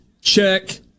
check